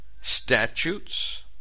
Statutes